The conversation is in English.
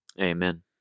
amen